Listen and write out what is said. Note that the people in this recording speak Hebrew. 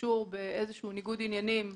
שקשור באיזה שהוא ניגוד עניינים,